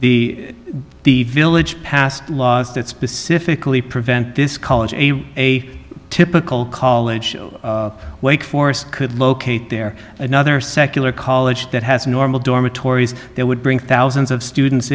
the the village passed laws that specifically prevent this college a a typical college wake forest could locate there another secular college that has normal dormitories that would bring thousands of students